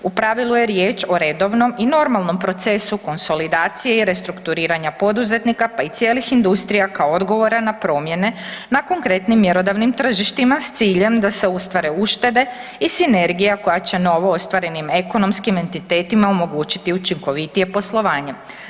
U pravilu je riječ o redovnom i redovnom procesu konsolidacije i restrukturiranja poduzetnika pa i cijelih industrija kao odgovora na promjene na konkretnim mjerodavnim tržištima s ciljem da se ostvare uštede i sinergija koja će novoostvarenim ekonomskim entitetima omogućiti učinkovitije poslovanje.